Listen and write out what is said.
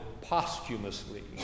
posthumously